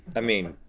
i mean,